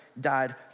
died